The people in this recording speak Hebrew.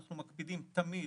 אנחנו מקפידים לעשות